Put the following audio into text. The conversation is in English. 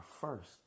first